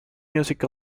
music